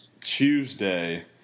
Tuesday